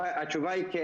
התשובה היא כן,